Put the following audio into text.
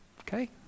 Okay